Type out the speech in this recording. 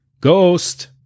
Ghost